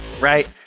right